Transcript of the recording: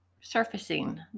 surfacing